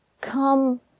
come